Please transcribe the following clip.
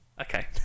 okay